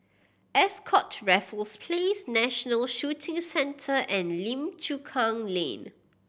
Ascott Raffles Place National Shooting Centre and Lim Chu Kang Lane